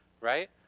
right